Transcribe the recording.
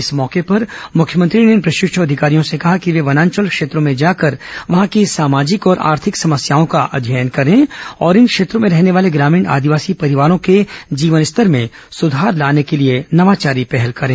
इस मौके पर मुख्यमंत्री ने इन प्रशिक्ष् अधिकारियों से कहा कि वे वनांचल क्षेत्रों में जाकर वहां की सामाजिक और आर्थिक समस्याओं का अध्ययन करें और इन क्षेत्रों में रहने वाले ग्रामीण आदिवासी परिवारों को जीवन स्तर में सुधार लाने के लिए नवाचारी पहल करें